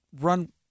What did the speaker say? run